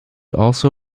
also